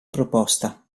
proposta